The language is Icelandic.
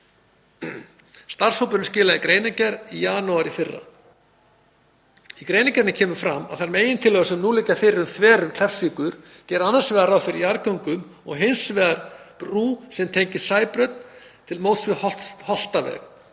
Starfshópurinn skilaði greinargerð í janúar í fyrra. Í greinargerðinni kemur fram að þær megintillögur sem nú liggja fyrir um þverun Kleppsvíkur gera annars vegar ráð fyrir jarðgöngum og hins vegar brú sem tengist Sæbraut til móts við Holtaveg.